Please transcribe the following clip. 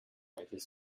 eigentlich